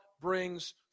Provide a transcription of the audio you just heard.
brings